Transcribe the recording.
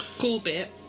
Corbett